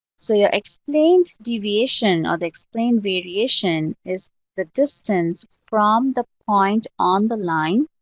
so your explained deviation, or the explained variation, is the distance from the point on the line